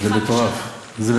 זה המון, זה מטורף, זה מטורף.